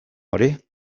hori